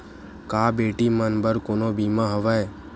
का बेटी मन बर कोनो बीमा हवय?